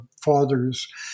father's